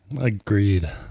Agreed